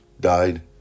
died